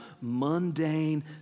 mundane